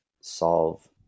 solve